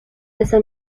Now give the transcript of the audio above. esa